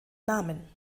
namen